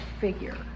figure